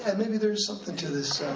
and maybe there's something to this,